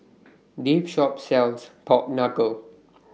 This Shop sells Pork Knuckle